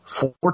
four